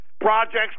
projects